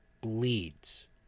bleeds